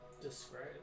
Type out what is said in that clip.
Describe